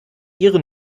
ihre